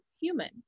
human